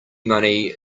money